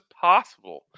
possible